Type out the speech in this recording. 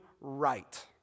right